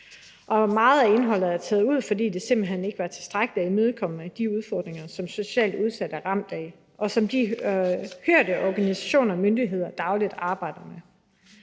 og meget af indholdet er taget ud, fordi det simpelt hen ikke var tilstrækkelig imødekommende i forhold til de udfordringer, som socialt udsatte er ramt af, og som de hørte organisationer og myndigheder dagligt arbejder med.